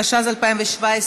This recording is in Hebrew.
התשע"ז 2017,